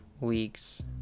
weeks